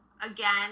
again